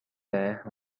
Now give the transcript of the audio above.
there